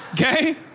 Okay